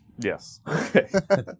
yes